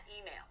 email